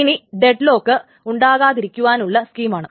ഇനി ഡെഡ്ലോക്ക് ഉണ്ടാകാതിരിക്കുവാനുള്ള സ്കീം ആണ്